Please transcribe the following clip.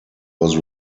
was